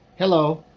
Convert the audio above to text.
hello.